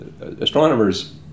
astronomers